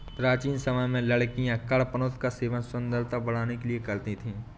प्राचीन समय में लड़कियां कडपनुत का सेवन सुंदरता बढ़ाने के लिए करती थी